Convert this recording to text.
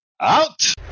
out